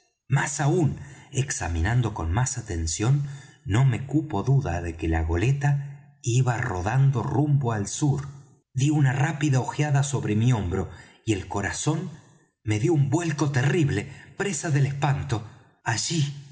más aún examinando con más atención no me cupo duda de que la goleta iba rodando rumbo al sur dí una rápida ojeada sobre mi hombro y el corazón me dió un vuelco terrible presa del espanto allí